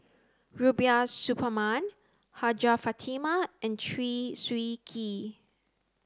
Rubiah Suparman Hajjah Fatimah and Chew Swee Kee